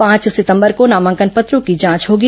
पांच सितंबर को नामांकन पत्रों की जांच होगी